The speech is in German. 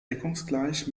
deckungsgleich